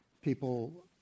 people